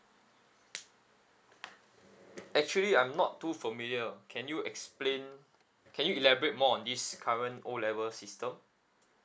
actually I'm not too familiar can you explain can you elaborate more on this current O level system